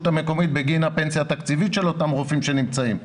המקומית בגין הפנסיה התקציבית של אתם רופאים שנמצאים.